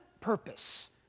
purpose